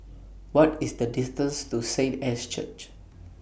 What IS The distance to Saint Anne's Church